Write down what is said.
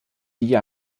die